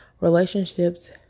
Relationships